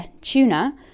tuna